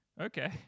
okay